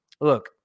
Look